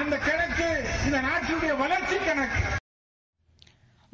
அந்த கணக்கு இந்த நாட்டியுடைய வளர்ச்சி கணக்கு